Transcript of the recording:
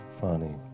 funny